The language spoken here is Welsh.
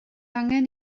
angen